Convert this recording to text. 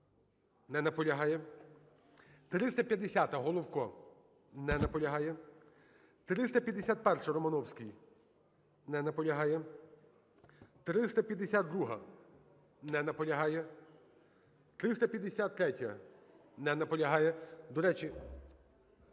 Не наполягає. 350-а, Головко. Не наполягає. 351-а, Романовський. Не наполягає. 352-а. Не наполягає. 353-я. Не наполягає. До речі…